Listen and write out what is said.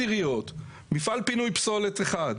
מפעל פינוי פסולת אחד,